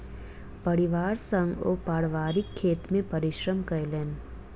परिवार संग ओ पारिवारिक खेत मे परिश्रम केलैन